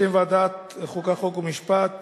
ועדת החוקה, חוק ומשפט